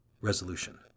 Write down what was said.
Resolution